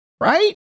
right